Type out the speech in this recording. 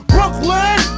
Brooklyn